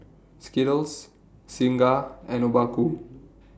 Skittles Singha and Obaku